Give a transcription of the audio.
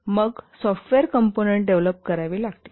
मग software component develop करावे लागतील